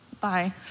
bye